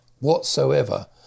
whatsoever